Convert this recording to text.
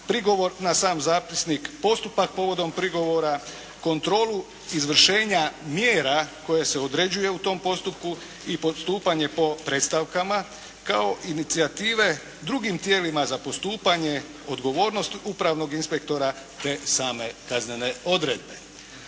prigovor na sam zapisnik, postupak povodom prigovora, kontrolu izvršenja mjera koje se određuje u tom postupku i postupanje po predstavkama kao i inicijative drugim tijelima za postupanje odgovornosti upravnog inspektora te same kaznene odredbe.